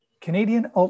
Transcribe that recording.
Canadian